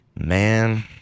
Man